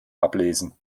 ablesen